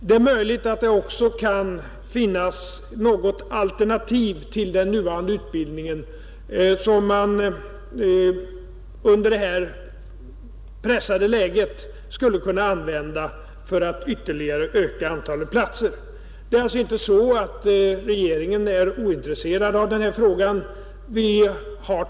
Det är möjligt att det också kan finnas något alternativ till den nuvarande utbildningen, som man i det här pressade läget skulle kunna använda för att ytterligare öka antalet platser. Det är alltså inte så att regeringen är ointresserad av den här frågan.